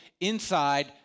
inside